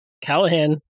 Callahan